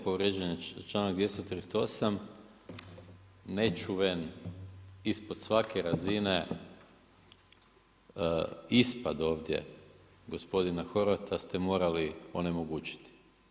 Povrijeđen je članak 238., nečuven, ispod svake razine ispad ovdje gospodina Horvata ste morali onemogućiti.